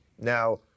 Now